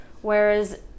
whereas